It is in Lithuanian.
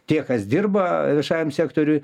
tie kas dirba viešajam sektoriuj